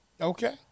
Okay